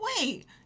wait